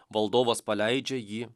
valdovas paleidžia jį